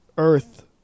earth